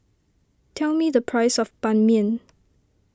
tell me the price of Ban Mian